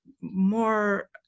more